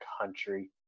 country